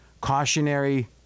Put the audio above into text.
cautionary